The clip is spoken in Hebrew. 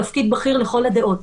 תפקיד בכיר לכל הדעות,